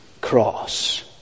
cross